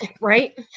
Right